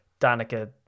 Danica